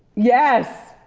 yes!